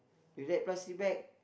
with that plastic bag